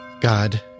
God